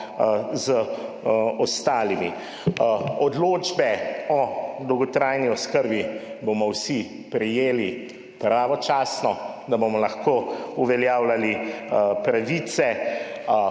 z ostalimi. Odločbe o dolgotrajni oskrbi bomo vsi prejeli pravočasno, da bomo lahko uveljavljali pravice.